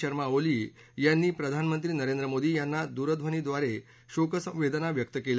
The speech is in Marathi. शर्मा ओली यांनी प्रधानमंत्री नरेंद्र मोदी यांना दूरध्वनीद्वारे शोकसंवेदना व्यक् केल्या